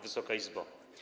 Wysoka Izbo!